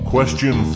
Question